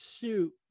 shoot